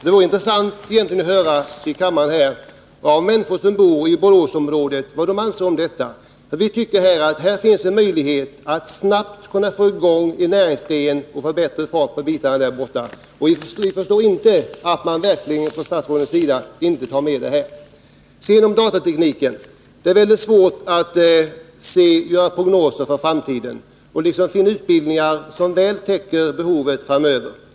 Det vore intressant att här få höra hur människor som bor i Boråsområdet ser på detta. Vi anser att det här finns en möjlighet att snabbt få i gång en näringsgren och få bättre fart på verksamheten. Vi förstår verkligen inte att statsrådet inte tagit med detta. När det gäller datatekniken är det svårt att göra prognoser för framtiden och finna utbildningar som täcker behoven framöver.